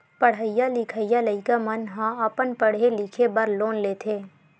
पड़हइया लिखइया लइका मन ह अपन पड़हे लिखे बर लोन लेथे